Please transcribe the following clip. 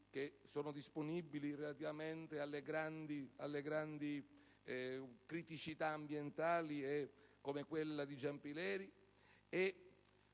che sono disponibili per le grandi criticità ambientali (come quella di Giampilieri);